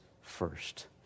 first